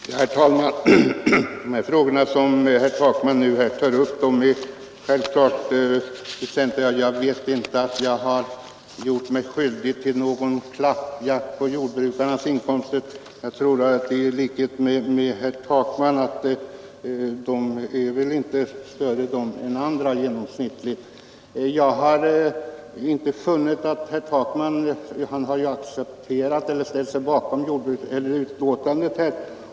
Herr talman! De frågor som herr Takman tagit upp är självfallet väsentliga. Jag vet inte om jag gjort mig skyldig till någon klappjakt på jordbrukarnas inkomster. I likhet med herr Takman tror jag att de inte är större i genomsnitt än andras. Herr Takman har accepterat eller i varje fall ställt sig bakom utskottsbetänkandet här.